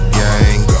gang